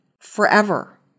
forever